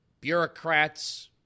Bureaucrats